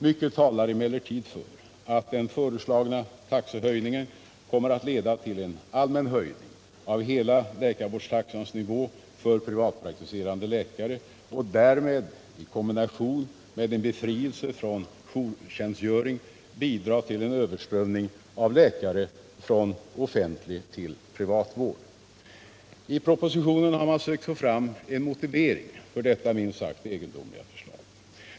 Mycket talar emellertid för att den föreslagna taxehöjningen kommer att leda till en allmän höjning av hela läkarvårdstaxans nivå för privatpraktiserande läkare och därmed i kombination med en befrielse från jourtjänstgöring bidra till en överströmning av läkare från offentlig till privat vård. I propositionen har man sökt få fram en motivering för detta minst sagt egendomliga förslag.